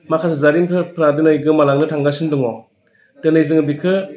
माखासे जारिमिनफ्रा दिनै गोमालांनो थांगासिनो दङ दिनै जोङो बेखो